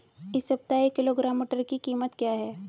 इस सप्ताह एक किलोग्राम मटर की कीमत क्या है?